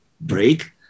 break